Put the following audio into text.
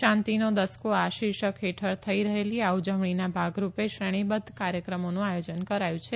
શાંતિનો દસકો આ શીર્ષક હેઠળ થઇ રહેલી આ ઉજવણીના ભાગરૂપે શ્રેણીબદ્ધ કાર્યક્રમોનું આયોજન કરાયું છે